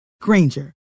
Granger